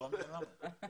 באמת